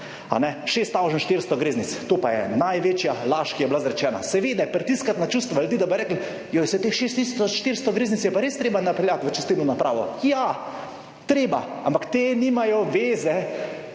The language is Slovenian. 400 greznic, to pa je največja laž, ki je bila izrečena, seveda pritiskati na čustva ljudi, da bi rekli, jo, je teh 6 tisoč 400 greznic je pa res treba napeljati v čistilno napravo. Ja, treba, ampak te nimajo veze,